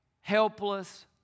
helpless